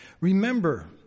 remember